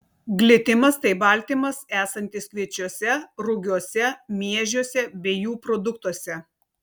glitimas tai baltymas esantis kviečiuose rugiuose miežiuose bei jų produktuose